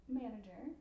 manager